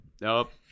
Nope